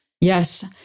Yes